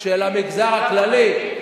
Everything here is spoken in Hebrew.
של המגזר הכללי.